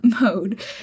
mode